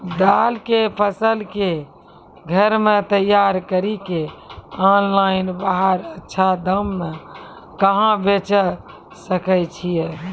दाल के फसल के घर मे तैयार कड़ी के ऑनलाइन बाहर अच्छा दाम मे कहाँ बेचे सकय छियै?